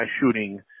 shooting